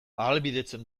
ahalbidetzen